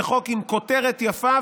זה חוק עם כותרת יפה,